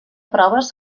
proves